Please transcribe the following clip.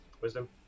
Wisdom